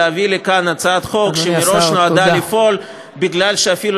להביא לכאן הצעת חוק שמראש נועדה ליפול מפני שאפילו